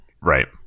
right